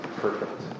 perfect